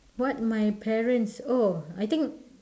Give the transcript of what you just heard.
what my parents oh I think